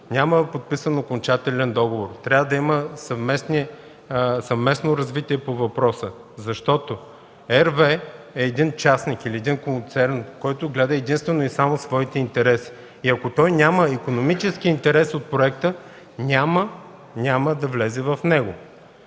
няма подписан окончателен договор, трябва да има съвместно развитие по въпроса, защото RWE е един частник или един концерн, който гледа единствено и само своите интереси и ако той няма икономически интерес от проекта, няма да влезе в него,